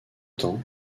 temps